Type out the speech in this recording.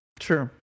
Sure